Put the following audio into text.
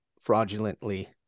fraudulently